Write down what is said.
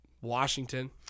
Washington